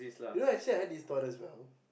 you know I said I had this thought as well